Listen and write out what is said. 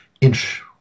inch